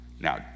Now